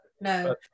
no